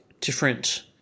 different